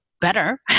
better